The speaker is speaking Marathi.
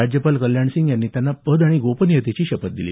राज्यपाल कल्याणसिंह यांनी त्यांना पद आणि गोपनीयतेची शपथ दिली